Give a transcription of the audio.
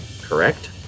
Correct